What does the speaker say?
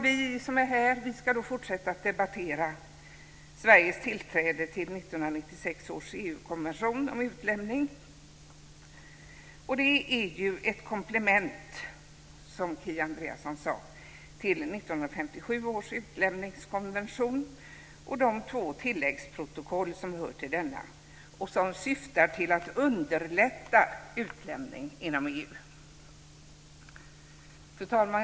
Vi ska fortsätta att debattera Sveriges tillträde till 1996 års EU-konvention om utlämning. Det är ju ett komplement, som Kia Andreasson sade, till 1957 års utlämningskonvention och de två tilläggsprotokoll som hör till denna och som syftar till att underlätta utlämning inom EU. Fru talman!